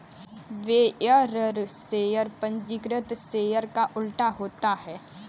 bearer share पंजीकृत share का उल्टा होता है